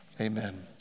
amen